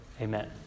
Amen